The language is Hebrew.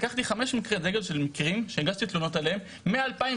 לקחתי חמישה מקרי דגל של מקרים שהגשתי תלונות עליהם מ-2017.